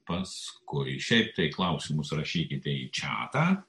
paskui šiaip tai klausimus rašykite į čatą